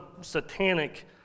satanic